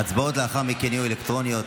ההצבעות לאחר מכן יהיו אלקטרוניות.